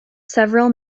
several